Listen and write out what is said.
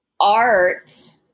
art